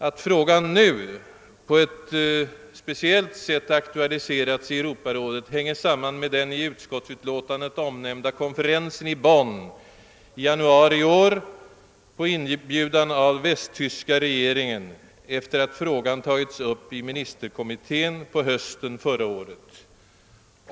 Att frågan nu på ett speciellt sätt aktualiserats i Europarådet hänger samman med den i utskottsutlåtandet omnämnda konferensen i Bonn, som ägde rum i januari i år på inbjudan av västtyska regeringen, sedan frågan tagits upp i ministerkommittén på hösten förra året.